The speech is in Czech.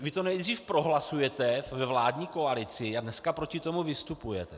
Vy to nejdřív prohlasujete ve vládní koalici, a dneska proti tomu vystupujete.